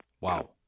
Wow